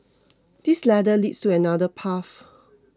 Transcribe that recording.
this ladder leads to another path